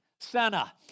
Sena